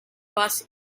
bus